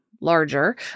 larger